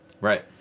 Right